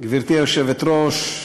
גברתי היושבת-ראש,